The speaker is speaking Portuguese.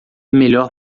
melhor